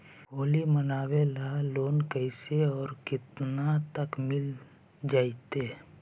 होली मनाबे ल लोन कैसे औ केतना तक के मिल जैतै?